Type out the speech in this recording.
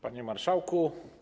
Panie Marszałku!